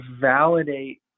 validate